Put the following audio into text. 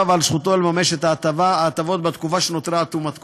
ועל זכותו לממש את ההטבות בתקופה שנותרה עד תום התקופה.